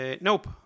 Nope